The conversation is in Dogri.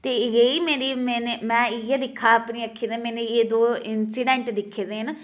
ते रेही मेरी ते में इ'यै दिक्खे दा अपनी अक्खीं कन्नै में एह् दौं इंसीडेंट दिक्खे दे